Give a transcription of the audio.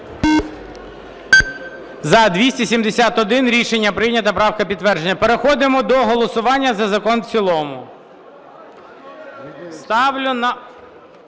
За-271 Рішення прийнято. Правка підтверджена. Переходимо до голосування за закон в цілому. Ставлю на